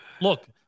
look